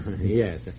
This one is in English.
Yes